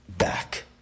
back